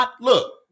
look